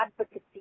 Advocacy